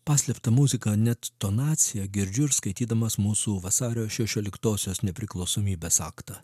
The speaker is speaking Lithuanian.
paslėptą muziką net tonaciją girdžiu ir skaitydamas mūsų vasario šešioliktosios nepriklausomybės aktą